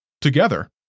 Together